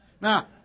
Now